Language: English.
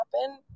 happen